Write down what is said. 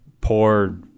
poor